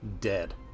Dead